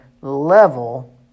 level